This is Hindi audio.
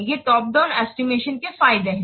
ये टॉप डाउन एस्टिमेशन के फायदे हैं